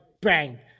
bang